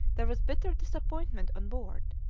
there was bitter disappointment on board.